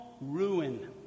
ruin